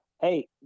Hey